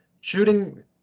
shooting